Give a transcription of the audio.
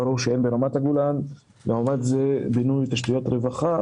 ברור שאין ברמת הגולן ולעומת זאת בינוי תשתיות רווחה